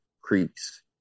creeks